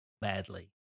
badly